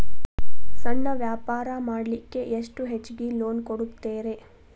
ಸಣ್ಣ ವ್ಯಾಪಾರ ಮಾಡ್ಲಿಕ್ಕೆ ಎಷ್ಟು ಹೆಚ್ಚಿಗಿ ಲೋನ್ ಕೊಡುತ್ತೇರಿ?